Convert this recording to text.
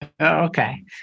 Okay